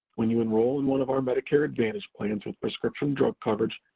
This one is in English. when you enroll in one of our medicare advantage plans with prescription drug coverage,